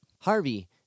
Harvey